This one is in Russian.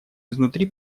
изнутри